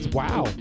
wow